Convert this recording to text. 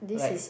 like